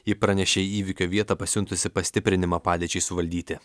ji pranešė į įvykio vietą pasiuntusi pastiprinimą padėčiai suvaldyti